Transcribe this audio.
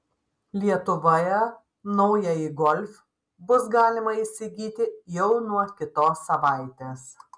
lietuvoje naująjį golf bus galima įsigyti jau nuo kitos savaitės